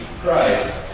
Christ